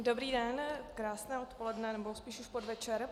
Dobrý den, krásné odpoledne nebo spíš už podvečer.